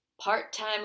part-time